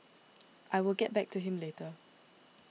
I will get back to him later